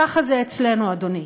ככה זה אצלנו, אדוני.